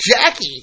Jackie